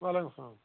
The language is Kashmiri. وعلیکُم السلام